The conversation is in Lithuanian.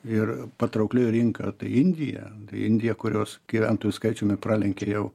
ir patraukli rinka tai indija indija kurios gyventojų skaičiumi pralenkė jau